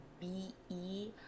B-E